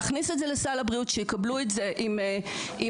להכניס את זה לסל הבריאות שיקבלו את זה עם מרשם